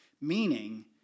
meaning